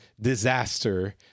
disaster